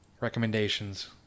recommendations